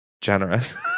generous